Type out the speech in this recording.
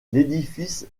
l’édifice